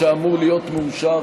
שאמור להיות מאושר,